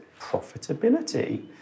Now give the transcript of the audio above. profitability